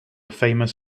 famous